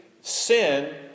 sin